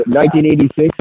1986